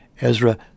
Ezra